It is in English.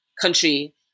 country